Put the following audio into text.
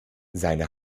seine